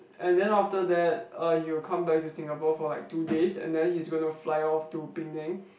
and then after that er he will come back to Singapore for like two days and then he's going to fly off to Penang